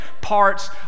parts